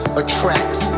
attracts